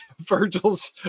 Virgil's